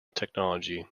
technology